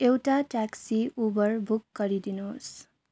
एउटा taxi Uber book गरिदिनुहोस्